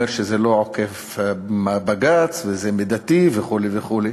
אומר שזה לא עוקף-בג"ץ וזה מידתי וכו' וכו'.